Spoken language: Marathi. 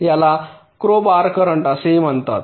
याला करोबार करंट असेही म्हणतात